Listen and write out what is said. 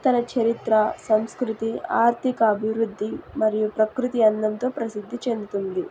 తన చరిత్ర సంస్కృతి ఆర్థిక అభివృద్ధి మరియు ప్రకృతి అందంతో ప్రసిద్ధి చెందుతుంది